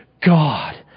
God